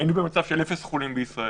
היינו במצב של אפס חולים בישראל.